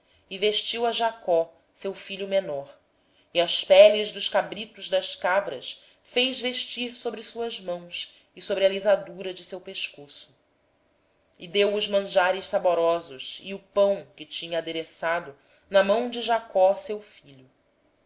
e vestiu a jacó seu filho mais moço com as peles dos cabritos cobriu lhe as mãos e a lisura do pescoço e pôs o guisado saboroso e o pão que tinha preparado na mão de jacó seu filho